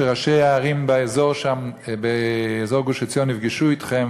שראשי הערים באזור גוש-עציון נפגשו אתכם,